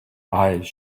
eyes